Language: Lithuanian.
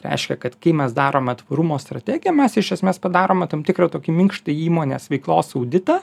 reiškia kad kai mes darome tvarumo strategiją mes iš esmės padarome tam tikrą tokį minkštą įmonės veiklos auditą